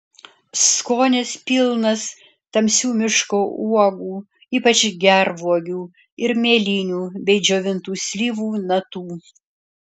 skonis pilnas tamsių miško uogų ypač gervuogių ir mėlynių bei džiovintų slyvų natų